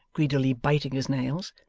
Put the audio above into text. greedily biting his nails.